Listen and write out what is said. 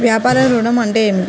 వ్యాపార ఋణం అంటే ఏమిటి?